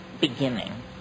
beginning